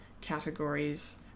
categories